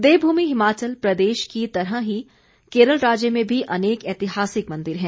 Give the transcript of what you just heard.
देवभूमि हिमाचल प्रदेश की तरह ही केरल राज्य में भी अनेक ऐतिहासिक मंदिर हैं